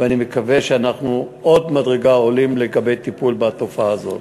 ואני מקווה שאנחנו עולים עוד מדרגה לגבי טיפול בתופעה הזאת.